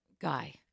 guy